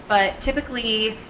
but typically,